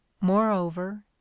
moreover